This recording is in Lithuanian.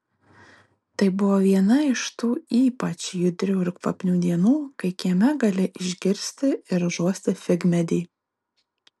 tai buvo viena iš tų ypač judrių ir kvapnių dienų kai kieme gali išgirsti ir užuosti figmedį